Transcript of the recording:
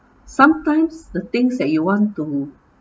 sometimes the things that you want to